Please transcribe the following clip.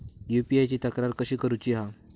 UPI ची तक्रार कशी करुची हा?